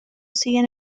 siguen